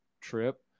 trip